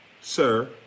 sir